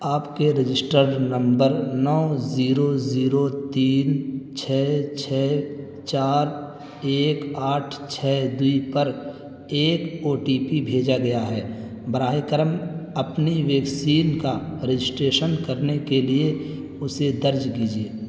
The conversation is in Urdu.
آپ کے رجسٹرڈ نمبر نو زیرو زیرو تین چھ چھ چار ایک آٹھ چھ دو پر ایک او ٹی پی بھیجا گیا ہے براہ کرم اپنی ویکسین کا رجسٹریشن کرنے کے لیے اسے درج دیجیے